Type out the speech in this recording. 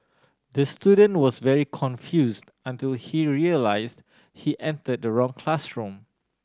the student was very confuse until he realise he entered the wrong classroom